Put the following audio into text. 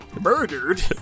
murdered